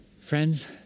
Friends